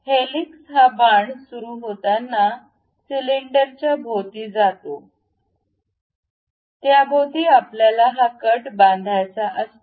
तर हेलिक्स हा बाण सुरू होताना सिलिंडरच्या भोवती जातो ज्याभोवती आपल्याला हा कट बांधायचा असतो